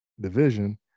Division